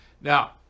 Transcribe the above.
Now